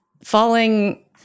Falling